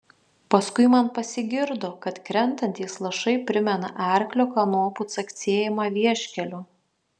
paskui man pasigirdo kad krentantys lašai primena arklio kanopų caksėjimą vieškeliu